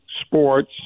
sports